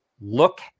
look